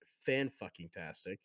fan-fucking-tastic